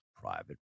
private